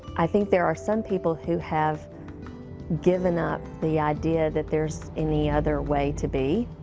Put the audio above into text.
i think there are some people who have given up the idea that there's any other way to be.